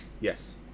yes